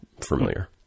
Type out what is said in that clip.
familiar